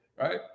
Right